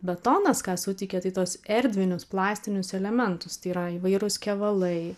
betonas ką suteikia tai tuos erdvinius plastinius elementus tai yra įvairūs kevalai